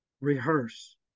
rehearse